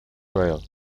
gael